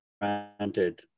granted